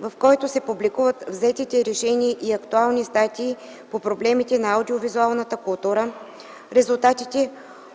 в който се публикуват взетите решения и актуални статии по проблемите на аудио-визуалната култура, резултатите